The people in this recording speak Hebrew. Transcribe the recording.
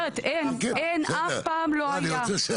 אז אני אומרת אין, אף פעם לא היה.